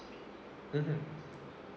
mmhmm